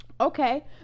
okay